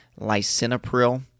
lisinopril